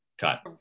cut